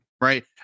right